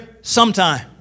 sometime